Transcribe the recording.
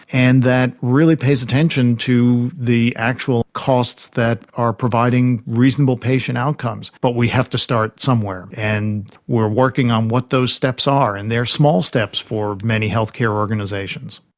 and that really pays attention to the actual costs that are providing reasonable patient outcomes. but we have to start somewhere, and we are working on what those steps are, and they are small steps for many healthcare organisations.